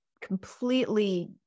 completely